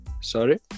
Sorry